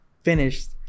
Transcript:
finished